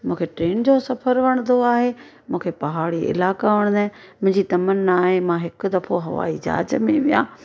मूंखे ट्रेन जो सफ़रु वणदो आहे मूंखे पहाड़ी इलाका वणंदा आहिनि मुंहिंजी तमन्ना आहे मां हिकु दफ़ो हवाई जहाज़ में वेहा